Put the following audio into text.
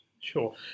Sure